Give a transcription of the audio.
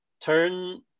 turn